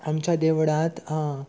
आमच्या देवळांत